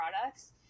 Products